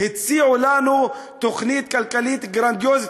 הציעו לנו תוכנית כלכלית גרנדיוזית.